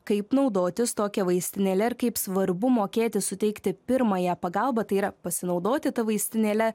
kaip naudotis tokia vaistinėle ir kaip svarbu mokėti suteikti pirmąją pagalbą tai yra pasinaudoti ta vaistinėle